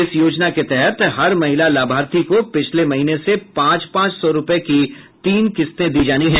इस योजना के तहत हर महिला लाभार्थी को पिछले महीने से पांच पांच सौ रुपये की तीन किस्तें दी जानी हैं